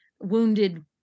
wounded